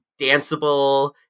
danceable